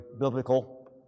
biblical